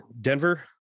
Denver